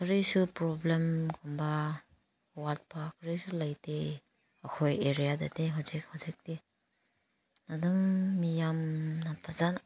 ꯀꯔꯤꯁꯨ ꯄ꯭ꯔꯣꯕ꯭ꯂꯦꯝꯒꯨꯝꯕ ꯑꯋꯥꯠꯄ ꯀꯔꯤꯁꯨ ꯂꯩꯇꯦ ꯑꯩꯈꯣꯏ ꯑꯦꯔꯤꯌꯥꯗꯗꯤ ꯍꯧꯖꯤꯛ ꯍꯧꯖꯤꯛꯇꯤ ꯑꯗꯨꯝ ꯃꯤꯌꯥꯝꯅ ꯐꯖꯅ